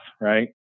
right